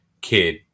kid